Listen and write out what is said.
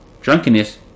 drunkenness